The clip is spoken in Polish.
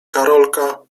karolka